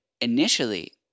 Initially